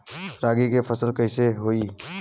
रागी के फसल कईसे होई?